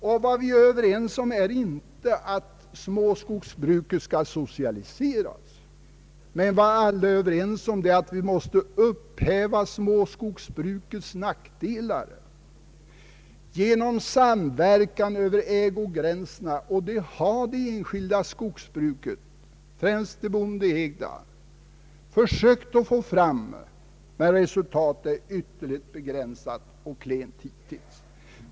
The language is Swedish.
Vi är inte överens om att småskogsbruket skall socialiseras, utan vad vi är överens om är att nackdelarna för småskogsbruket måste upphävas genom samverkan över ägogränserna. En sådan samverkan har det enskilda skogsbruket, främst det bondeägda, försökt att åstadkomma, men resultatet är ytterligt begränsat och klent.